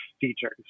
features